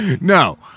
No